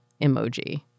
emoji